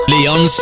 Leon